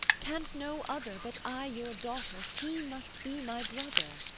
can't no other, but, i your daughter, he must be my brother?